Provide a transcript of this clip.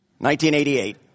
1988